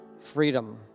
Freedom